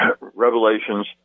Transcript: revelations